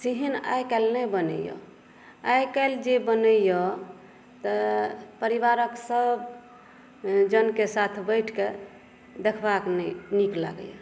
सेहन आय काल्हि नहि बनैया आय काल्हि जे बनैय तऽ परिवारक सभ जनक साथ बैठिक देखबाक नही नीक लागैय